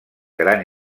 gran